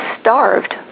starved